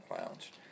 lounge